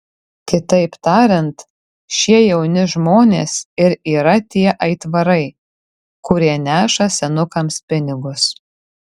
kitaip tariant šie jauni žmonės ir yra tie aitvarai kurie neša senukams pinigus